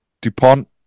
DuPont